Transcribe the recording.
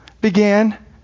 began